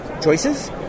choices